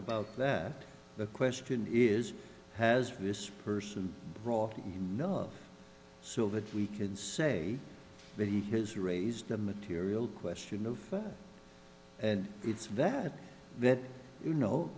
about that the question is has this person brought still that we can say that he has raised a material question of and it's that that you know